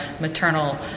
maternal